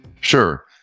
Sure